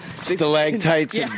Stalactites